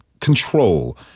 control